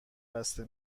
بسته